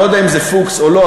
לא יודע אם זה "פוקס" או לא,